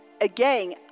Again